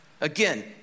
Again